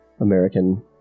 American